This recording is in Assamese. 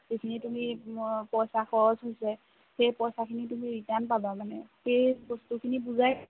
যিখিনি তুমি পইচা খৰচ হৈছে সেই পইচাখিনি তুমি ৰিটাৰ্ণ পাবা মানে সেই বস্তুখিনি বুজায়